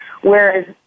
whereas